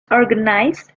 organized